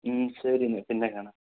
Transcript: ശരിയെന്നാൽ പിന്നെ കാണാം